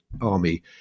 army